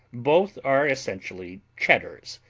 both are essentially cheddars.